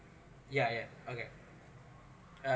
yeah yeah okay uh